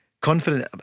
confident